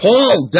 Paul